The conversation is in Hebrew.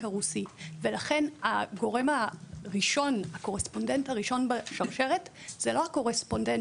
הרוסי ולכן הקורספונדנט הראשון בשרשרת זה לא הקורספונדנט